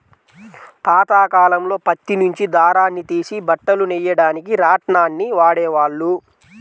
పాతకాలంలో పత్తి నుంచి దారాన్ని తీసి బట్టలు నెయ్యడానికి రాట్నాన్ని వాడేవాళ్ళు